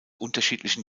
unterschiedlichen